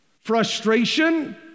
frustration